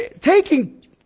taking